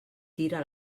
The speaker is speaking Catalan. tira